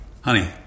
honey